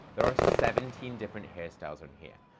there are seventeen different hairstyles on here,